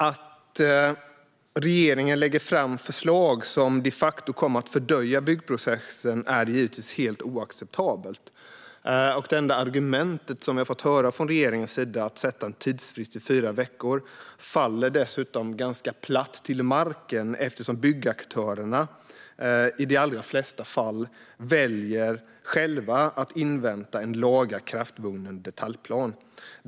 Att regeringen lägger fram förslag som de facto kommer att fördröja byggprocessen är helt oacceptabelt. Det enda argumentet vi har fått höra från regeringens sida för att sätta en tidsfrist till fyra veckor faller dessutom ganska platt eftersom byggaktörerna i de allra flesta fall själva väljer att invänta en lagakraftvunnen detaljplan.